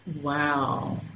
Wow